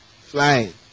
Flying